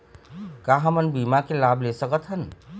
का हमन बीमा के लाभ ले सकथन?